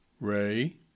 Ray